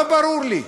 לא ברור לי.